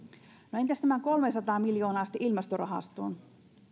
no entäs sitten tämä kolmesataa miljoonaa ilmastorahastoon